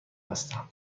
هستم